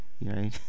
right